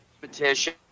competition